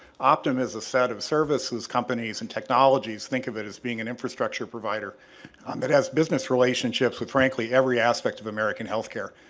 optum is a set of services companies and technologies think of it as being an infrastructure provider um it has business relationships with frankly every aspect of american healthcare.